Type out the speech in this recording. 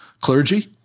clergy